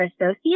associate